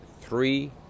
three